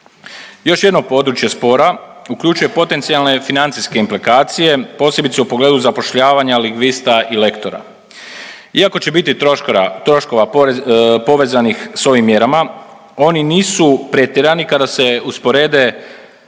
Još jedno područje spora uključuje potencijalne financijske implikacije posebice u pogledu zapošljavanja lingvista i lektora. Iako će biti troškova povezanih sa ovim mjerama oni nisu pretjerani kada se usporede